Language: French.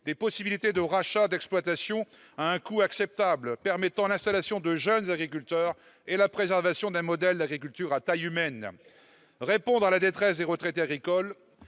des départs anticipés et des rachats d'exploitations à un coût acceptable, rendant possible l'installation de jeunes agriculteurs et la préservation d'un modèle d'agriculture à taille humaine. Répondre à la détresse des retraités agricoles,